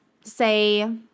say